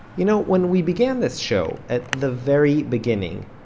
you know, when we began this show, at the very beginning,